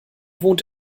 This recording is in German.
wohnt